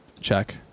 check